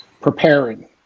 preparing